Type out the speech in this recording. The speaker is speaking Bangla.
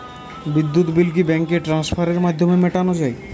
বিদ্যুৎ বিল কি ব্যাঙ্ক ট্রান্সফারের মাধ্যমে মেটানো য়ায়?